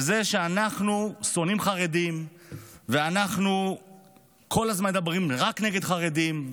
בזה שאנחנו שונאים חרדים ואנחנו כל הזמן מדברים רק נגד חרדים.